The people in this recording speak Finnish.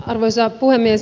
arvoisa puhemies